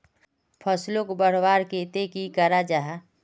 फसलोक बढ़वार केते की करा जाहा?